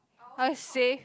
how it say